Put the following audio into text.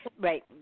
Right